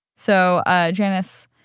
so ah janice,